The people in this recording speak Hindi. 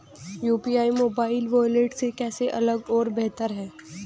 यू.पी.आई मोबाइल वॉलेट से कैसे अलग और बेहतर है?